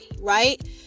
right